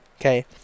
okay